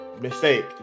Mistake